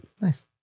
nice